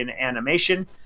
animation